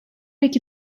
iki